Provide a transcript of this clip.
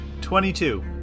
twenty-two